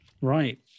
Right